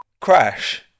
crash